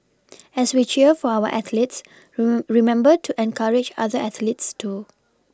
as we cheer for our athletes remember to encourage other athletes too